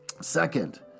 Second